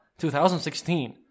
2016